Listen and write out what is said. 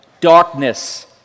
Darkness